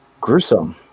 gruesome